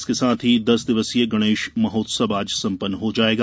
इसके साथ ही दस दिवसीय गणेश महोत्सव आज संपन्न हो जायेगा